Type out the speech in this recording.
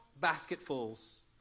basketfuls